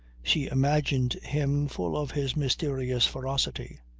she imagined him full of his mysterious ferocity.